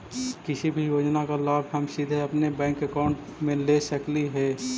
किसी भी योजना का लाभ हम सीधे अपने बैंक अकाउंट में ले सकली ही?